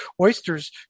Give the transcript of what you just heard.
oysters